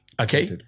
Okay